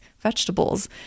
vegetables